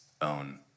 own